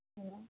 hello